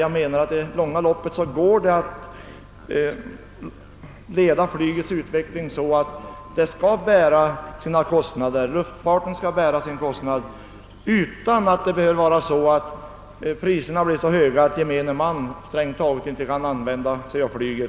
I det långa loppet går det att leda utvecklingen så att luftfarten kan bära sina kostnader utan att priserna blir så höga att gemene man strängt taget inte kan använda flyget.